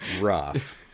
rough